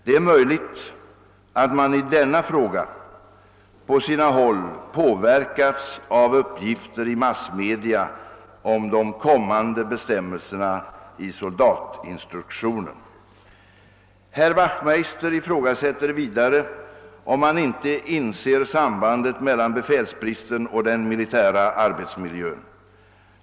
Det är möjligt att man i denna fråga på sina håll påverkats av uppgifter i massmedia om de kommande bestämmelserna i soldatinstruktionen. Herr Wachtmeister ifrågasätter vidare, om man inte inser sambandet mellan befälsbristen och den militära arbetsmiljön.